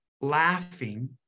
laughing